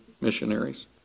missionaries